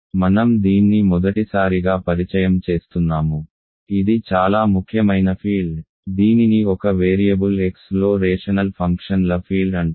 మనం దీన్ని మొదటిసారిగా పరిచయం చేస్తున్నాము ఇది చాలా ముఖ్యమైన ఫీల్డ్ దీనిని ఒక వేరియబుల్ X లో రేషనల్ ఫంక్షన్ల ఫీల్డ్ అంటారు